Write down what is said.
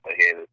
ahead